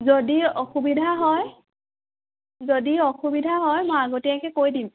যদি অসুবিধা হয় যদি অসুবিধা হয় মই আগতীয়াকৈ কৈ দিম